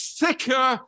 thicker